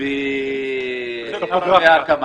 ודמי הקמה